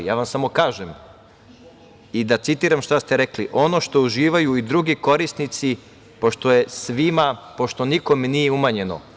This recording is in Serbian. Ja vam samo kažem i da citiram šta ste rekli: „Ono što uživaju i drugi korisnici, pošto nikome nije umanjeno“